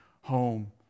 home